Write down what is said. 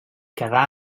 quedà